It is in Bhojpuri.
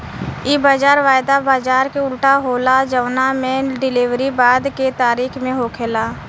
इ बाजार वायदा बाजार के उल्टा होला जवना में डिलेवरी बाद के तारीख में होखेला